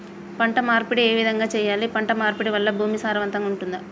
పంట మార్పిడి ఏ విధంగా చెయ్యాలి? పంట మార్పిడి వల్ల భూమి సారవంతంగా ఉంటదా?